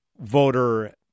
voter